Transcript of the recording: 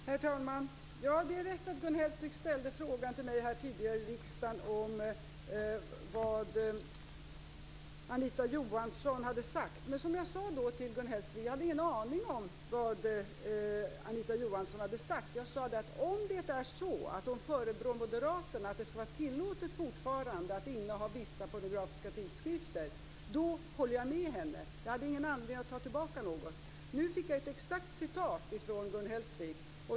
Herr talman! Det är rätt att Gun Hellsvik ställde frågan om vad Anita Johansson hade sagt till mig tidigare här i riksdagen. Som jag då sade till Gun Hellsvik hade jag ingen aning om vad Anita Johansson hade sagt. Jag sade att jag håller med henne om hon förebrår moderaterna för att det fortfarande skall vara tillåtet att inneha vissa pornografiska tidskrifter. Jag hade ingen anledning att ta tillbaka något. Nu fick jag ett exakt citat från Gun Hellsvik.